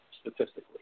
statistically